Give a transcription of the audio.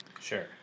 Sure